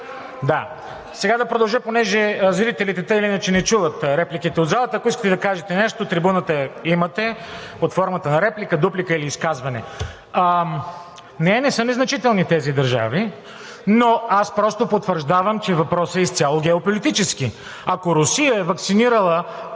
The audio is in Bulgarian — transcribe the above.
да. Сега да продължа, тъй като зрителите, те тъй или иначе не чуват репликите от залата, ако искате да кажете нещо, трибуната я имате под формата на реплика, дуплика или изказване. Не, не са незначителни тези държави, но аз потвърждавам, че въпросът е изцяло геополитически. Ако Русия е ваксинирала